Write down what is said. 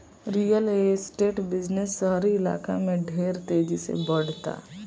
real estate business शहरी इलाका में ढेर तेजी से बढ़ता